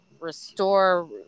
restore